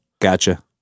Gotcha